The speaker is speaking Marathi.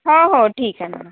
हो हो ठीक आहे मॅडम